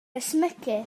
ysmygu